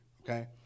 okay